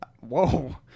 Whoa